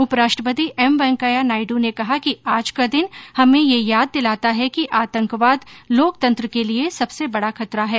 उपराष्ट्रपति एम वेंकैया नायडू ने कहा कि आज का दिन हमें यह याद दिलाता है कि आतंकवाद लोकतंत्र के लिए सबसे बड़ा खतरा है